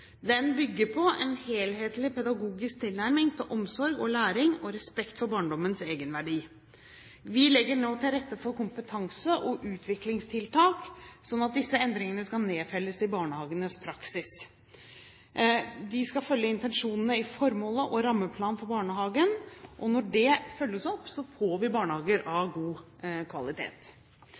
Den bygger på en helhetlig pedagogisk tilnærming til omsorg og læring og respekt for barndommens egenverdi. Vi legger nå til rette for kompetanse- og utviklingstiltak, sånn at disse endringene skal nedfelles i barnehagenes praksis. De skal følge intensjonene i formålet og rammeplanen for barnehagen. Når det følges opp, får vi barnehager av god kvalitet.